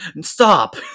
stop